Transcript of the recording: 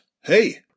Hey